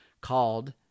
called